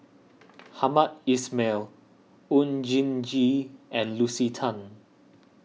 Hamed Ismail Oon Jin Gee and Lucy Tan